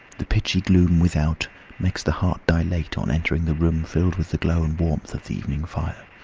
the pitchy gloom without makes the heart dilate on entering the room filled with the glow and warmth of the evening fire.